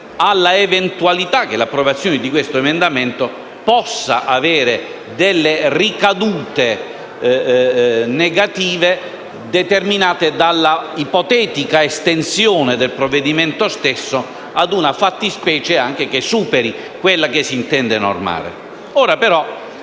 all'eventualità che l'approvazione di questo emendamento possa avere delle ricadute negative, determinate dall'ipotetica estensione del provvedimento stesso a una fattispecie che superi quella che si intende normare.